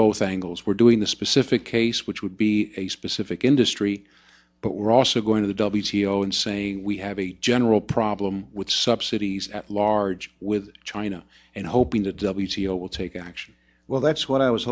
both angles we're doing the specific case which would be a specific industry but we're also going to the w c o and saying we have a general problem with subsidies at large with china and hoping the w c o will take action well that's what i was